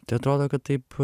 tai atrodo kad taip